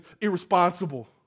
irresponsible